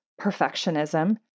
perfectionism